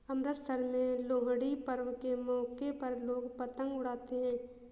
अमृतसर में लोहड़ी पर्व के मौके पर लोग पतंग उड़ाते है